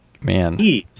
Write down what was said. Man